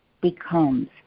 becomes